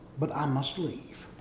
but i must leave.